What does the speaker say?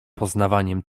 poznawaniem